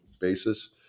basis